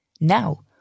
Now